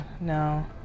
no